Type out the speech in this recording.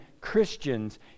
Christians